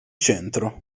centro